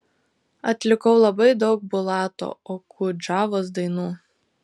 atlikau labai daug bulato okudžavos dainų